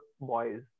boys